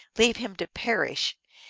leave him to perish,